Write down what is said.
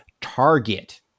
target